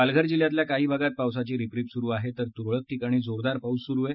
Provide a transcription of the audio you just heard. पालघर जिल्ह्यातल्या काही भागात पावसाची रिपरिप सुरु आहे तर तुरळक ठिकाणी जोरदार पाऊस सुरु आहे